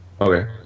Okay